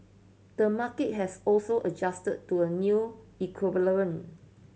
the market has also adjusted to a new equilibrium